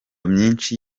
myinshi